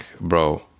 Bro